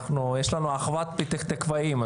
יש לנו אחוות פתח תקוואים,